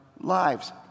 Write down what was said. lives